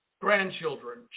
grandchildren